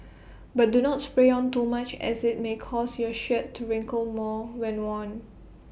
but do not spray on too much as IT may cause your shirt to wrinkle more when worn